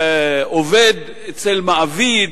עובד אצל מעביד,